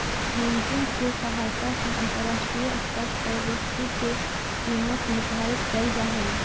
hedging के सहायता से अंतरराष्ट्रीय स्तर पर वस्तु के कीमत निर्धारित कैल जा हई